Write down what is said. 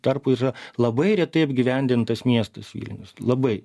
tarpų yra labai retai apgyvendintas miestas vilnius labai